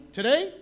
today